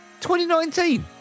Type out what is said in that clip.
2019